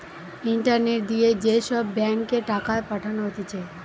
internet দিয়ে যে সব ব্যাঙ্ক এ টাকা পাঠানো হতিছে